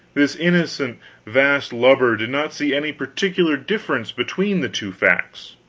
this innocent vast lubber did not see any particular difference between the two facts.